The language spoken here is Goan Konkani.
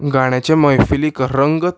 गाण्याचे मैफिलीक रंगत